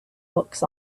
books